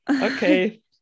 okay